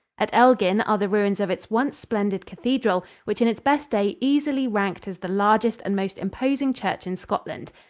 at elgin are the ruins of its once splendid cathedral, which in its best days easily ranked as the largest and most imposing church in scotland.